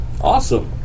Awesome